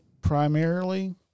primarily